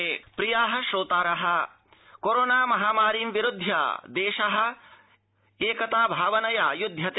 COVID संचेतना सन्देश प्रिया श्रोतार कोरोना महामारीं विरुध्य देश एकता भावनया युध्यते